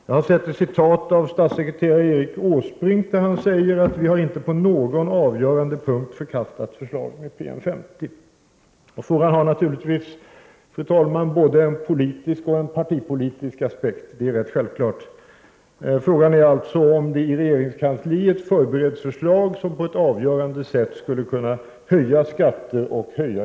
Jag har sett citat där statssekreterare Erik Åsbrink säger att vi inte på någon avgörande punkt har förkastat förslaget med PM 50. Frågan har naturligtvis, fru talman, en allmänt politisk och en partipolitisk aspekt. Det är självklart. Frågan är således om det i regeringskansliet förbereds förslag som på ett avgörande sätt skulle kunna höja skatter och hyror.